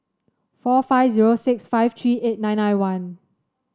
four five zero six five three eight nine nine one